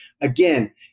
again